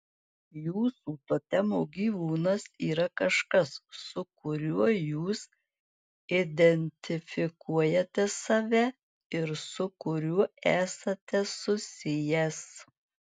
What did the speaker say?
jūsų totemo gyvūnas yra kažkas su kuriuo jūs identifikuojate save ir su kuriuo esate susijęs